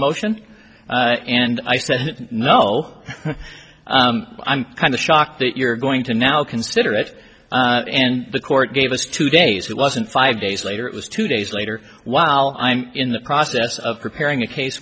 motion and i said no i'm kind of shocked that you're going to now consider it and the court gave us two days it wasn't five days later it was two days later while i'm in the process of preparing a case